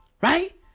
Right